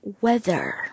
weather